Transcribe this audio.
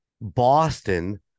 Boston